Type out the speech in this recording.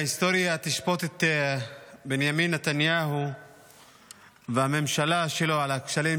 ההיסטוריה תשפוט את בנימין נתניהו והממשלה שלו על הכשלים